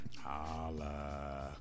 Holla